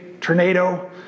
tornado